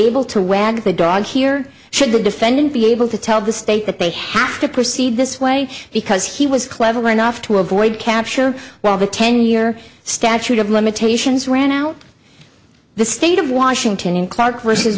able to wegg the dog here should the defendant be able to tell the state that they have to proceed this way because he was clever enough to avoid capture while the ten year statute of limitations ran out the state of washington in clark